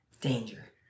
Danger